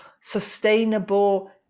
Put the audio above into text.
sustainable